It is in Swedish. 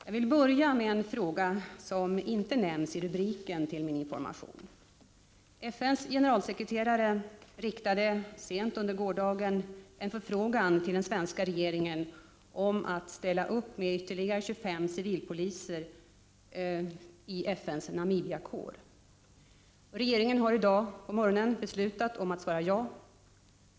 Jag vill börja med en fråga som inte nämns i rubriken till min information. FN:s generalsekreterare riktade sent under gårdagen en förfrågan till den svenska regeringen om att ställa ytterligare 25 civilpoliser till förfogande för FN:s Namibiakår. Regeringen har i dag beslutat att svara ja.